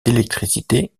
d’électricité